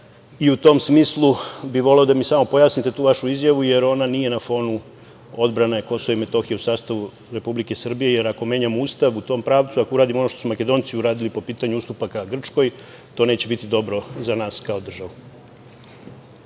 tom smislu bi voleo da mi samo pojasnite tu vašu izjavu, jer ona nije na FON-u odbrane Kosova i Metohije u sastavu Republike Srbije, jer ako menjamo Ustav u tom pravcu, ako uradimo ono što su Makedonci uradili po pitanju ustupaka Grčkoj, to neće biti dobro za nas kao državu.